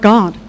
God